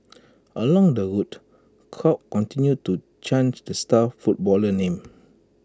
along the route crowds continued to chant the star footballer's name